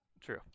True